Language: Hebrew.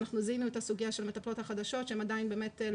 זיהינו את הסוגיה של מטפלות חדשות שעדיין לא